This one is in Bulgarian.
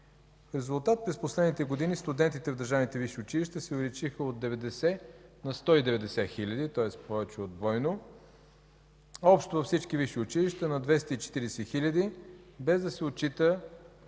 В резултат през последните години студентите в държавните висши училища се увеличиха от 90 на 190 хиляди, тоест повече от двойно, общо във всички висши училища на 240 хиляди, без да се отчита